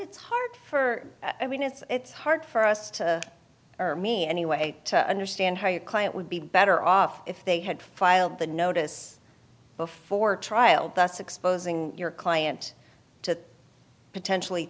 t for i mean it's it's hard for us to me anyway to understand how your client would be better off if they had filed the notice before trial that's exposing your client to potentially